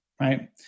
right